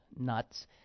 nuts